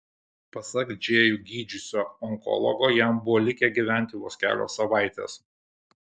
pasak džėjų gydžiusio onkologo jam buvo likę gyventi vos kelios savaitės